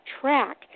track